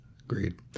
Agreed